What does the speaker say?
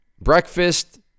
breakfast